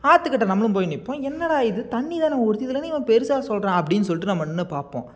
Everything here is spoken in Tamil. ஆற்றுக்கிட்ட நம்மளும் போய் நிற்போம் என்னடா இது தண்ணி தான் ஓடுது இதில் என்ன இவன் பெருசாக சொல்கிறான் அப்படின்னு சொல்லிட்டு நம்ம நின்று பார்ப்போம்